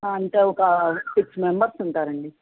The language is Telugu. అంటే ఒక సిక్స్ మెంబర్స్ ఉంటారు అండి